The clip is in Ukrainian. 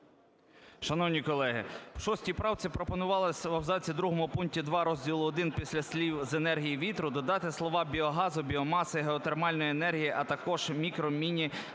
Шановні колеги, в шостій правці пропонувалося в абзаці другому пункту 2 розділу І після слів "енергії вітру" додати слова "біогазу, біомаси, геотермальна енергія, а також мікро-, міні- або